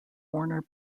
warner